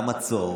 והמצור,